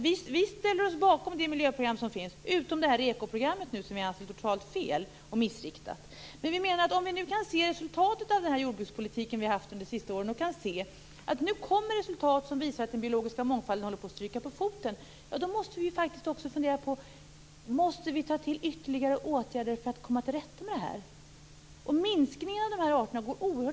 Vi ställer oss bakom det miljöprogram som finns, utom REKO-programmet som vi anser är totalt fel och missriktat. Vi ser resultatet av den jordbrukspolitik som har förts de senaste åren. Nu kommer resultat som visar att den biologiska mångfalden håller på att stryka på foten. Då måste vi fundera på om det behövs ytterligare åtgärder för att komma till rätta med det hela. Minskningen av arterna går snabbt.